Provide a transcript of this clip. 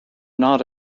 not